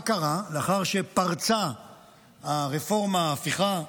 מה קרה לאחר שפרצה הרפורמה, ההפיכה?